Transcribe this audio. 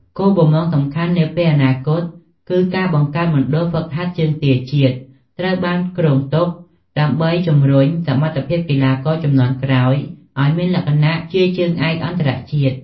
គោលបំណងសំខាន់នាពេលអនាគតគឺការបង្កើតមណ្ឌលហ្វឹកហាត់ជើងទាជាតិត្រូវបានគ្រោងទុក ដើម្បីជម្រុញសមត្ថភាពកីឡាករជំនាន់ក្រោយឲ្យមានលក្ខណៈជាជើងឯកអន្តរជាតិ។